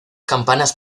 campanas